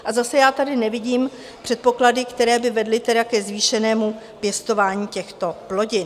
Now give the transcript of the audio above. A zase, já tady nevidím předpoklady, které by vedly ke zvýšenému pěstování těchto plodin.